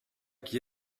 qui